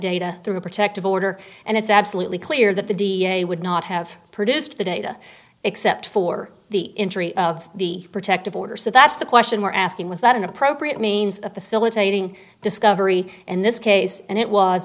data through a protective order and it's absolutely clear that the da would not have produced the data except for the injury of the protective order so that's the question we're asking was that an appropriate means of facilitating discovery in this case and it was